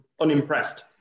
unimpressed